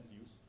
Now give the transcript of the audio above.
use